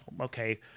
okay